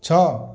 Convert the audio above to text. ଛଅ